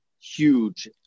huge